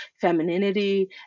femininity